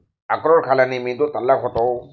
अक्रोड खाल्ल्याने मेंदू तल्लख होतो